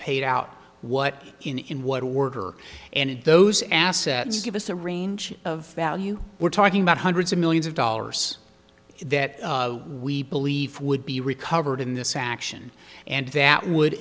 paid out what in what order and in those assets give us the range of value we're talking about hundreds of millions of dollars that we believe would be recovered in this action and that would